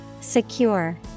Secure